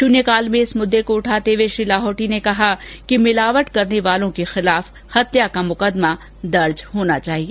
शुन्यकाल में इस मुददे को उठाते हुए श्री लाहौटी ने कहा कि मिलावट करने वालों के खिलाफ हत्या का मुकदेमा दर्ज होना चाहिए